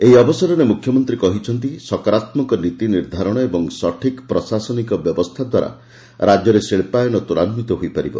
ଏହି ଅବସରରେ ମ୍ରଖ୍ୟମନ୍ତୀ କହିଛନ୍ତି ସକାରାତ୍କକ ନୀତି ନିର୍ଦ୍ଧାରଣ ଏବଂ ସଠିକ୍ ପ୍ରଶାସନିକ ବ୍ୟବସ୍ଷା ଦ୍ୱାରା ରାକ୍ୟରେ ଶିକ୍ଷାୟନ ତ୍ୱରାନ୍ୱିତ ହୋଇପାରିବ